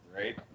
right